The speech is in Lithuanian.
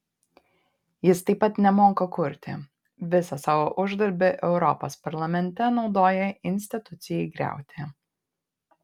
jis taip pat nemoka kurti visą savo uždarbį europos parlamente naudoja institucijai griauti